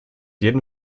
jeden